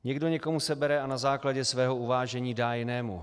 Někdo někomu sebere a na základě svého uvážení dá jinému.